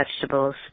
vegetables